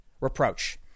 reproach